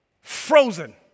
Frozen